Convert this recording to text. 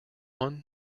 one